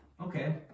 Okay